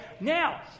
Now